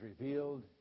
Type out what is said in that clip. revealed